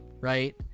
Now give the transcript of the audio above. right